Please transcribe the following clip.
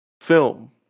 film